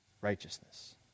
righteousness